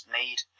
need